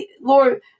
Lord